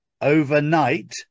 overnight